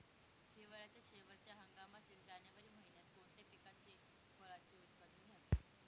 हिवाळ्याच्या शेवटच्या हंगामातील जानेवारी महिन्यात कोणत्या पिकाचे, फळांचे उत्पादन घ्यावे?